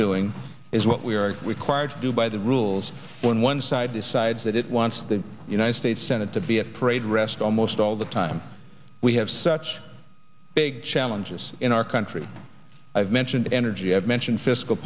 doing is what we are required to do by the rules when one side decides that it wants the united states senate to be a parade rest almost all the time we have such big challenges in our country i've mentioned energy i've mentioned fiscal